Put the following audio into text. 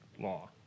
law